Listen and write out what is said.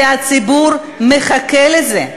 כי הציבור מחכה לזה.